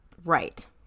Right